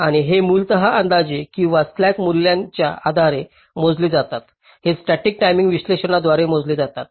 आणि हे मूलत अंदाजे किंवा स्लॅक मूल्यांच्या आधारे मोजले जातात जे स्टॅटिक टाईम विश्लेषणाद्वारे मोजले जातात